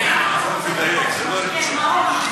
זה לא נמצא.